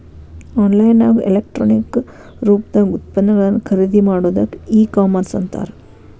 on line ನ್ಯಾಗ electronic ರೂಪ್ದಾಗ್ ಉತ್ಪನ್ನಗಳನ್ನ ಖರಿದಿಮಾಡೊದಕ್ಕ ಇ ಕಾಮರ್ಸ್ ಅಂತಾರ